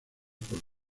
por